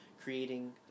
creating